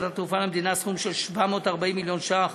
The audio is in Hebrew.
התעופה למדינה סכום של 740 מיליון ש"ח,